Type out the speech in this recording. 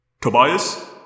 Tobias